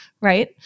right